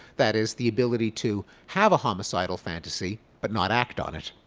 that is the ability to have a homicidal fantasy but not act on it.